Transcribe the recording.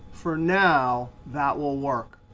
for now, that will work.